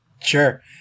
Sure